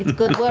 good